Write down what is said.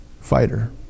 fighter